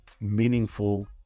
meaningful